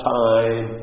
time